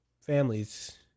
families